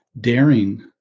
daring